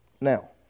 now